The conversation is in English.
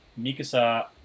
Mikasa